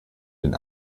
den